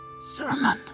sermon